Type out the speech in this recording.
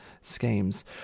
schemes